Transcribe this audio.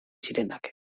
zirenak